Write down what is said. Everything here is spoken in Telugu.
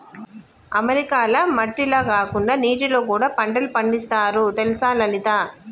అమెరికాల మట్టిల కాకుండా నీటిలో కూడా పంటలు పండిస్తారు తెలుసా లలిత